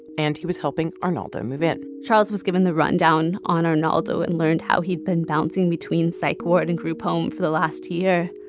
and he was helping arnaldo move in charles was given the rundown on arnaldo and learned how he'd been bouncing between psych ward and group home for the last year.